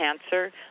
Cancer